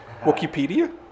Wikipedia